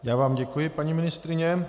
Já vám děkuji, paní ministryně.